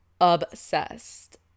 obsessed